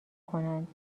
کنند